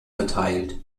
verteilt